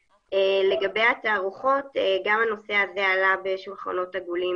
לגבי התערוכות גם הנושא הזה עלה בשולחנות עגולים